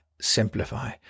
simplify